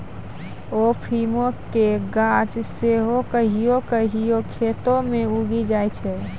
अफीमो के गाछ सेहो कहियो कहियो खेतो मे उगी जाय छै